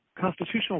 constitutional